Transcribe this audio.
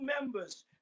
members